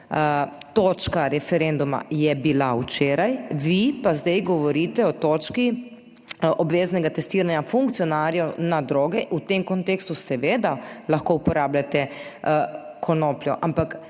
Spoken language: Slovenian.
Točka referenduma je bila včeraj, Vi pa zdaj govorite o točki obveznega testiranja funkcionarjev na droge. V tem kontekstu seveda lahko uporabljate konopljo, ampak